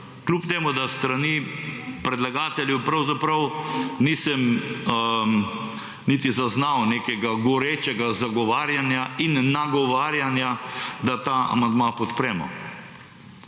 kljub temu, da s strani predlagatelja pravzaprav nisem niti zaznal nekega gorečega zagovarjanja in nagovarjanja, da ta amandma podpremo.